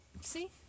See